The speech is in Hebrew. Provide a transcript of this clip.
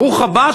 ברוך הבא.